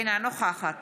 אינה נוכחת